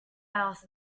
asked